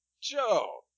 Joe